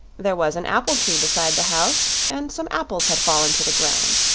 there was an apple-tree beside the house, and some apples had fallen to the ground.